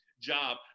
job